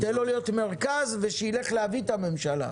תן לו להיות מרכז ושילך להביא את הממשלה.